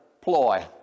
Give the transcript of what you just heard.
ploy